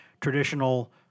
traditional